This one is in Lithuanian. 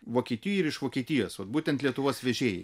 vokietijoj ir iš vokietijos vat būtent lietuvos vežėjai